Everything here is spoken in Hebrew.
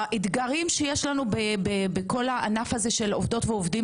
האתגרים שיש לנו בכל הענף הזה של עובדות ועובדים